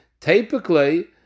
Typically